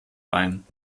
ein